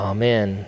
Amen